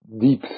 deep